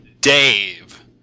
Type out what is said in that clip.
Dave